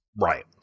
right